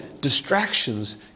distractions